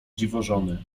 dziwożony